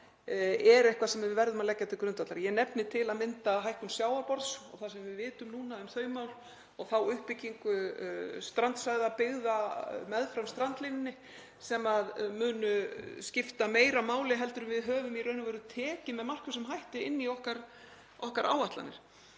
er eitthvað sem við verðum að leggja til grundvallar. Ég nefni til að mynda hækkun sjávarborðs og það sem við vitum núna um þau mál og þá uppbyggingu byggða meðfram strandlínunni sem munu skipta meira máli en við höfum í raun og veru tekið með markvissum hætti inn í áætlanir